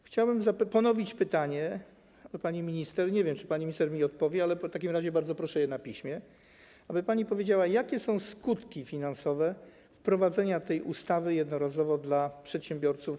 Chciałbym ponowić pytanie, bo nie wiem, czy pani minister mi odpowie, ale w takim razie bardzo proszę na piśmie, aby pani powiedziała, jakie są skutki finansowe wprowadzenia tej ustawy jednorazowo dla przedsiębiorców.